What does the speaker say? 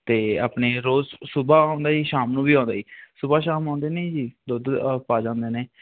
ਅਤੇ ਆਪਣੇ ਰੋਜ਼ ਸੁਬਹਾ ਆਉਂਦਾ ਜੀ ਸ਼ਾਮ ਨੂੰ ਵੀ ਆਉਂਦਾ ਜੀ ਸੁਬਹ ਸ਼ਾਮ ਆਉਂਦੇ ਨੇ ਜੀ ਦੁੱਧ ਪਾ ਜਾਂਦੇ ਨੇ